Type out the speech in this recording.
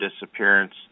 disappearance